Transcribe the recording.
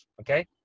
okay